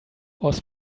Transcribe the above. was